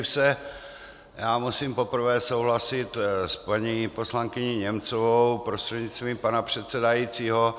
Světe, div se, já musím poprvé souhlasit s paní poslankyní Němcovou prostřednictvím pana předsedajícího.